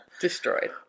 Destroyed